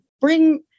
bring